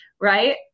right